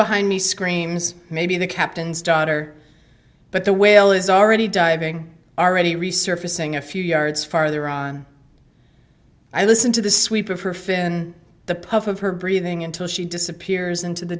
behind me screams maybe the captain's daughter but the whale is already diving already resurfacing a few yards farther on i listen to the sweep of her fin the puff of her breathing until she disappears into the